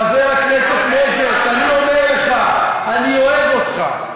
חבר הכנסת מוזס, אני אומר לך, אני אוהב אותך.